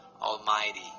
Almighty